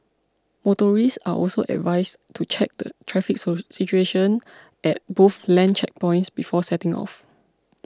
motorists are also advised to check the traffic situation at both land checkpoints before setting off